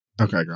okay